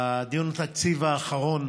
בדיון התקציב האחרון